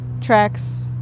tracks